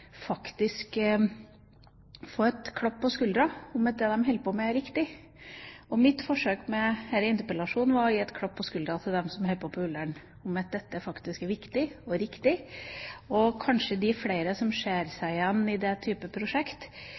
få en klapp på skulderen og høre at det de holder på med, er riktig. Mitt forsøk med denne interpellasjonen var å gi en klapp på skulderen til dem som holder til på Ullern videregående og få fram at dette er viktig og riktig. Kanskje det er flere som ser seg igjen i den typen prosjekt,